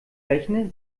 rechne